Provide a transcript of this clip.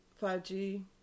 5G